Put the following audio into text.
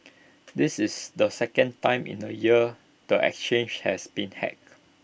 this is the second time in A year the exchange has been hacked